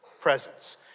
presence